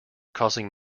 causing